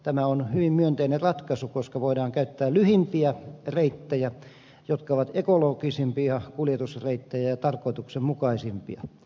tämä on hyvin myönteinen ratkaisu koska voidaan käyttää lyhimpiä reittejä jotka ovat ekologisimpia ja tarkoituksenmukaisimpia kuljetusreittejä